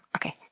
okay,